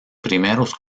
primeros